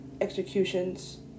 Executions